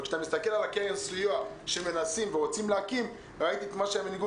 כשאתה מסתכל על קרן הסיוע שמנסים להקים ראיתי את מה שהמנהיגות